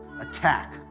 attack